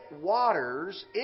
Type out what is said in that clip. waters